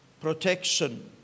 protection